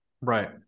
Right